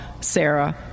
Sarah